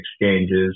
exchanges